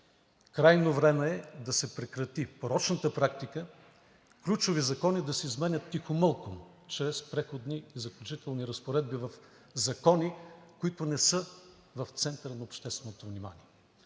Крайно време е да се прекрати порочната практика ключови закони да се изменят тихомълком чрез Преходни и заключителни разпоредби в закони, които не са в центъра на общественото внимание.